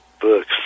books